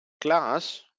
class